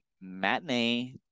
matinee